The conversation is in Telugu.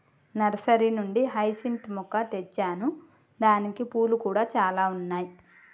నర్సరీ నుండి హైసింత్ మొక్క తెచ్చాను దానికి పూలు కూడా చాల ఉన్నాయి